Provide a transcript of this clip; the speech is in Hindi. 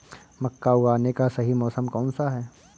मक्का उगाने का सही मौसम कौनसा है?